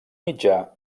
mitjà